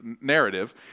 narrative